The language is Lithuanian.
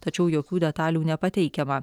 tačiau jokių detalių nepateikiama